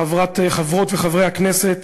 חברות וחברי הכנסת,